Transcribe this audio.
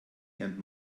lernt